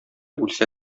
үлсә